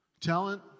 Talent